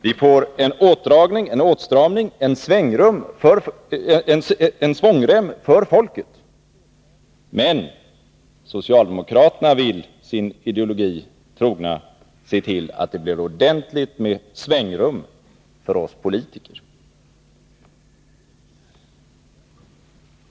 Vi får en åtdragning, en åtstramning, en svångrem för folket, men socialdemokraterna vill, sin ideologi trogna, se till att det blir ordentligt med svängrum för oss politiker.